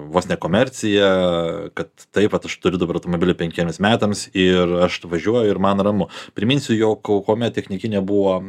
vos ne komerciją kad taip vat aš turiu dabar automobilį penkiems metams ir aš važiuoju ir man ramu priminsiu jog kuomet technikinė buvo